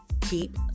keep